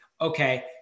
okay